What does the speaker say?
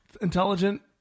intelligent